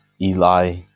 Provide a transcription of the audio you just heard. Eli